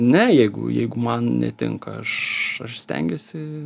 ne jeigu jeigu man netinka aš aš stengiuosi